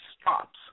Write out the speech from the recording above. stops